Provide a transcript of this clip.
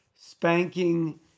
Spanking